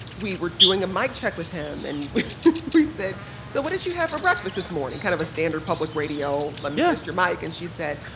we were doing a mic check with him. and we we said so what did you have for breakfast this morning? kind of a standard public radio let me test your mic and she said,